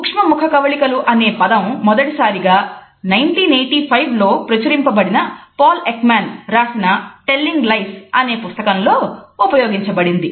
సూక్ష్మ ముఖకవళిక లు అనే పదం మొదటిసారిగా 1985లో ప్రచురింపబడిన పాల్ ఎక్మాన్ రాసిన టెల్లింగ్ లైస్ అనే పుస్తకం లో ఉపయోగించబడింది